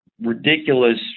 ridiculous